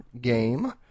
game